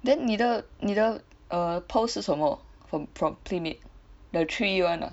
then 你的你的 err pearl 是什么 from from Playmate the three [one] lah